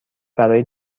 برای